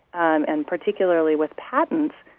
um and particularly with patents,